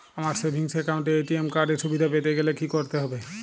আমার savings account এ ATM card এর সুবিধা পেতে গেলে কি করতে হবে?